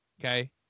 Okay